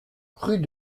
rue